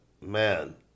man